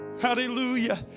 hallelujah